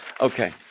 Okay